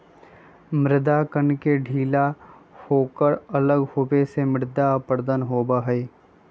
मृदा कण के ढीला होकर अलग होवे से मृदा अपरदन होबा हई